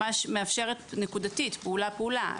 מאפשרת נקודתית פעולה-פעולה.